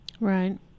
Right